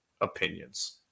opinions